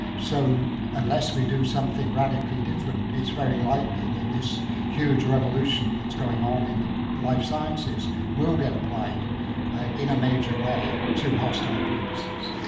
so unless we do something radically different it's very likely that this huge revolution that's going on in the life sciences will get applied in a major way to hostile purposes.